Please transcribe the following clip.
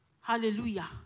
Hallelujah